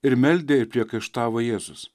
ir meldė ir priekaištavo jėzus